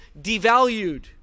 devalued